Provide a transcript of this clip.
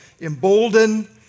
embolden